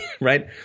Right